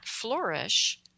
flourish